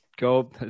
Go